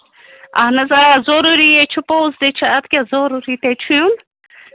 اَہَن حظ آ ضروٗری ہَے چھُ پوٚز تہِ چھُ اَدٕ کیٛاہ ضروٗری تےَ چھُ یُن